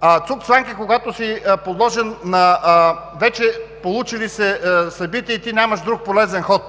а цугцванг е, когато си подложен на вече получили се събития и ти нямаш друг полезен ход.